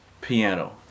piano